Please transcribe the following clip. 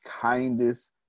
kindest